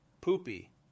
poopy